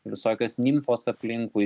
visokios nimfos aplinkui